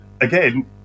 again